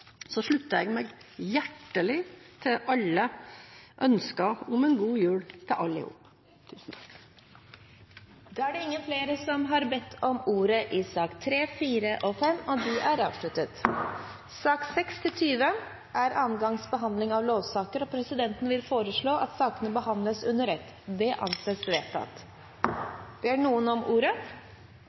slutter jeg meg hjertelig til alle ønsker om en god jul til alle sammen. Flere har ikke bedt om ordet til sakene nr. 3–5. Sakene nr. 6–20 gjelder andre gangs behandling av lovsaker. Presidenten vil foreslå at sakene behandles under ett. – Det anses vedtatt. Ingen har bedt om ordet.